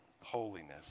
holiness